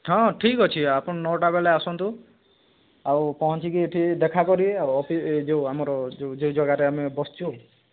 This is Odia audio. ହଁ ଠିକ୍ ଅଛି ଆପଣ୍ ନଅଟା ବେଳେ ଆସନ୍ତୁ ଆଉ ପହଞ୍ଚିକି ଏଠି ଦେଖା କରିବେ ଯୋଉ ଆମର ଯୋଉ ଯୋଉ ଜାଗାରେ ଆମେ ବସିଛୁ